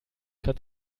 kann